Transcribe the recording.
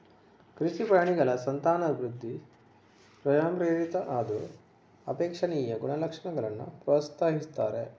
ಕೃಷಿ ಪ್ರಾಣಿಗಳ ಸಂತಾನವೃದ್ಧಿ ಸ್ವಯಂಪ್ರೇರಿತ ಆದ್ರೂ ಅಪೇಕ್ಷಣೀಯ ಗುಣಲಕ್ಷಣಗಳನ್ನ ಪ್ರೋತ್ಸಾಹಿಸ್ತಾರೆ